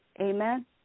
amen